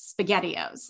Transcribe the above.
SpaghettiOs